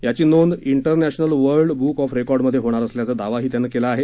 याची नोंद international world book of रेकॉर्डमध्ये होणार असल्याचा दावाही त्यानं केला आहे